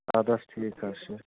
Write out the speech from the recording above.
اَدٕ حظ ٹھیٖک حظ چھِ